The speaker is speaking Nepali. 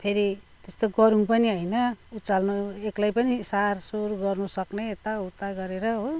फेरि त्यस्तो गह्रौँ पनि होइन उचाल्नु एक्लै पनि सारसुर गर्नुसक्ने यताउता गरेर हो